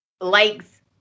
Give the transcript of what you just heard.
likes